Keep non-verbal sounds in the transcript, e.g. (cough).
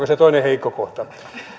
(unintelligible) se toinen heikko kohta